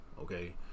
okay